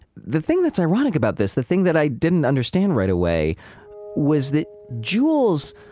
the thing that's ironic about this, the thing that i didn't understand right away was that jules